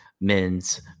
men's